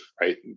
right